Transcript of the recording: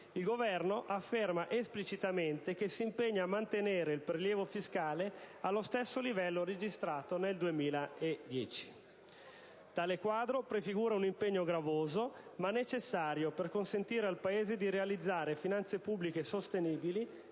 Il Governo afferma esplicitamente che si impegna a mantenere il prelievo fiscale allo stesso livello registrato nel 2010. Tale quadro prefigura un impegno gravoso, ma necessario per consentire al Paese di realizzare finanze pubbliche sostenibili,